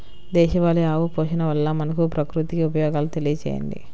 దేశవాళీ ఆవు పోషణ వల్ల మనకు, ప్రకృతికి ఉపయోగాలు తెలియచేయండి?